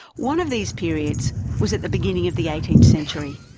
one of these periods was at the beginning of the eighteenth century,